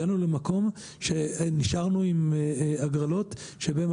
הגענו למקום שנשארנו עם הגרלות שבהם